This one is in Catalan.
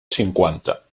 cinquanta